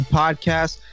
podcast